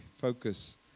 focus